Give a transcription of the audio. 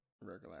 regular